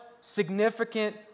significant